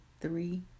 three